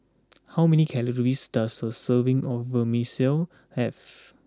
how many calories does a serving of Vermicelli have